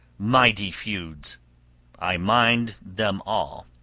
mighty feuds i mind them all.